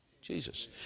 Jesus